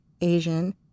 Asian